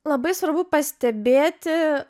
labai svarbu pastebėti